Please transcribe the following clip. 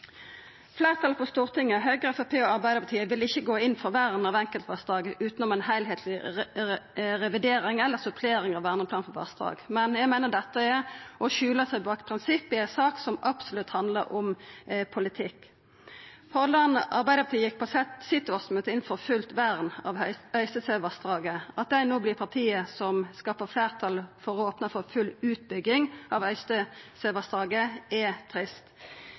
Fleirtalet på Stortinget – Høgre, Framstegspartiet og Arbeidarpartiet – vil ikkje gå inn for vern av enkeltvassdrag utan ei heilskapleg revidering eller supplering av Verneplan for vassdrag. Eg meiner dette er å skjula seg bak prinsipp, i ei sak som absolutt handlar om politikk. Hordaland Arbeidarparti gjekk på årsmøtet sitt inn for fullt vern av Øystesevassdraget. At dei no vert partiet som skapar fleirtal for å opna for full utbygging av Øystesevassdraget, er trist.